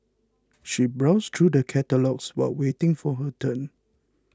she browsed through the catalogues while waiting for her turn